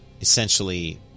essentially